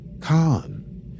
Khan